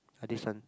Adison